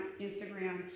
Instagram